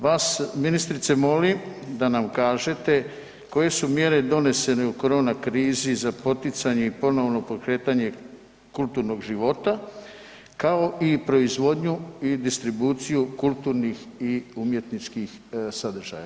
Vas ministrice molim da nam kažete koje su mjere donesene u korona krizi za poticanje i ponovno pokretanje kulturnog života kao i proizvodnju i distribuciju i kulturnih i umjetničkih sadržaja?